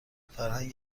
فرهنگ